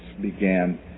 began